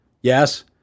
Yes